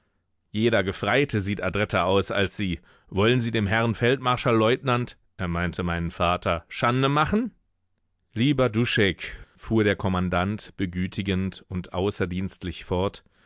jeder gefreite sieht adretter aus als sie wollen sie dem herrn feldmarschallleutnant er meinte meinen vater schande machen lieber duschek fuhr der kommandant begütigend und außerdienstlich fort